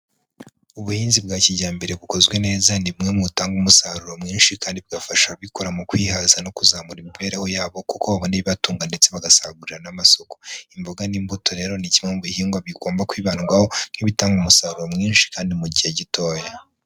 Ubuhinzi bwa kijyambere bukozwe neza ni bumwe mu butanga umusaruro mwinshi kandi bugafasha ababikora mu kwihaza no kuzamura imibereho yabo kuko babona ibi batunga ndetse bagasagurira n'amasoko. Imboga n'imbuto rero ni kimwe mu bihingwa bigomba kwibandwaho nk'ibitanga umusaruro mwinshi kandi mu gihe gitoya.